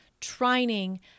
trining